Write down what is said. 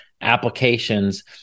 applications